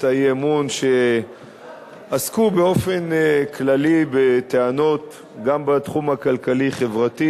האי-אמון שעסקו באופן כללי בטענות גם בתחום הכלכלי-חברתי,